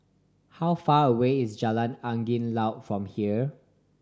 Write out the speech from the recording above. how far away is Jalan Angin Laut from here